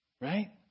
Right